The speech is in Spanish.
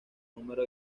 número